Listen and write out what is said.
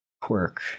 quirk